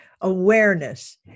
awareness